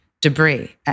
debris